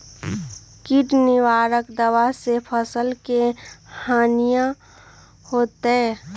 किट निवारक दावा से फसल के हानियों होतै?